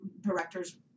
directors